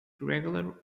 regular